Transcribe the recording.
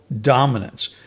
dominance